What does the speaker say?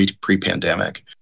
pre-pandemic